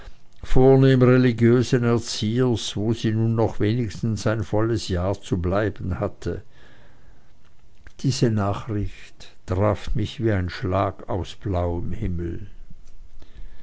vornehm religiösen erziehers wo sie nun noch wenigstens ein volles jahr zu bleiben hatte diese nachricht traf mich wie ein schlag aus blauem himmel